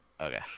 Okay